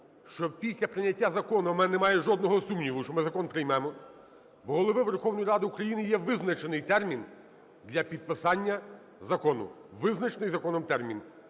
що після прийняття закону – а в мене немає жодного сумніву, що ми закон приймемо, – у Голови Верховної Ради України є визначений термін для підписання закону, визначений законом термін,